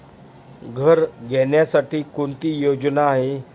घर घेण्यासाठी कोणती योजना आहे?